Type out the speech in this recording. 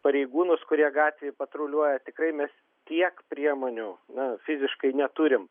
pareigūnus kurie gatvėj patruliuoja tikrai mes tiek priemonių na fiziškai neturim